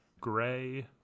gray